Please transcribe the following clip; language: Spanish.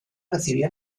recibió